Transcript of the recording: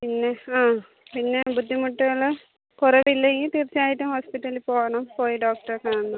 പിന്നെ ആ പിന്നെ ബുദ്ധിമുട്ടുകൾ കുറവ് ഇല്ലെങ്കിൽ തീർച്ച ആയിട്ടും ഹോസ്പിറ്റൽ പോവണം പോയി ഡോക്ടറെ കാണണം